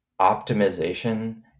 optimization